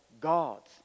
gods